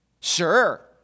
Sure